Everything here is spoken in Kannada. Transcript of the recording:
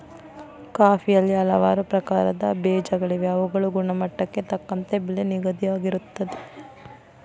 ಕಾಫಿಯಲ್ಲಿ ಹಲವಾರು ಪ್ರಕಾರದ ಬೇಜಗಳಿವೆ ಅವುಗಳ ಗುಣಮಟ್ಟಕ್ಕೆ ತಕ್ಕಂತೆ ಬೆಲೆ ನಿಗದಿಯಾಗಿರುತ್ತದೆ